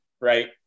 right